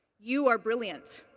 you are brilliant.